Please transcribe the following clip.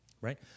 right